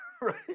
Right